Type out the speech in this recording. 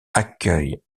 accueille